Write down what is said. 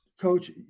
coach